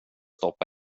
stoppa